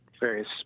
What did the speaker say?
various